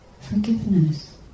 forgiveness